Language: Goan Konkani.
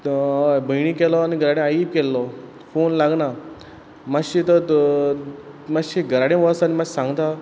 ऑय भयणीक केलो आनी घराडे आईक केल्लो फोन लागना माश्शें तो त माश्शें घराडेन वोस आनी माश सांगता